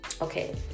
Okay